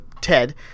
ted